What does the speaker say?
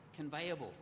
conveyable